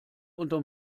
unterm